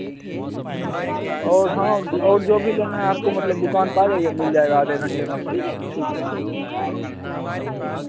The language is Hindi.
और हाँ और जो भी लेना आपको मतलब दुकान पर आ जाईए मिल जाएगा आधे घंटे में आपको ठीक है